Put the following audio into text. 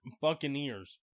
Buccaneers